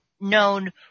known